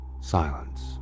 silence